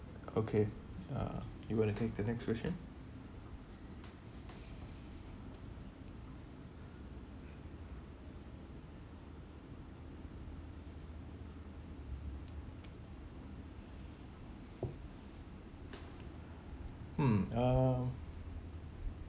okay uh you want to take the next question mm uh